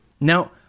Now